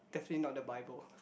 definitely not the bible